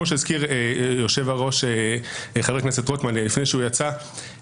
כמו שהזכיר היושב-ראש חבר הכנסת רוטמן לפני שהוא יצא,